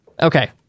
Okay